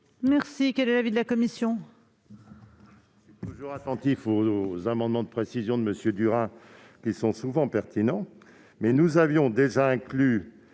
Quel est l'avis de la commission ?